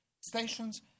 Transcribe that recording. stations